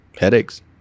Headaches